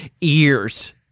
ears